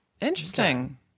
Interesting